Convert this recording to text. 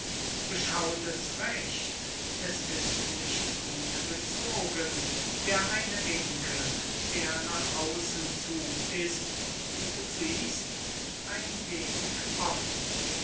beschaut es recht es ist nicht gut gezogen der eine winkel der nach außen zu ist wie du siehst ein wenig offen